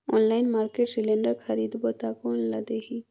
Online market cylinder खरीदबो ता कोन ला देही?